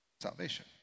salvation